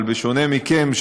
אבל בשונה מכם,